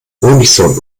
honigsorten